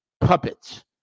puppets